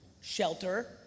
shelter